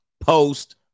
post